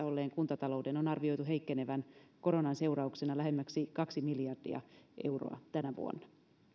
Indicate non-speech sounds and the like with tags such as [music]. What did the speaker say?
[unintelligible] olleen kuntatalouden on arvioitu heikkenevän koronan seurauksena lähemmäksi kaksi miljardia euroa tänä vuonna